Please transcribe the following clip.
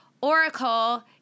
Oracle